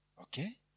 Okay